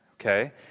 okay